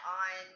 on